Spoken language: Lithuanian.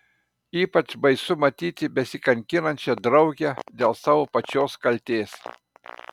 ypač baisu matyti besikankinančią draugę dėl savo pačios kaltės